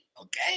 Okay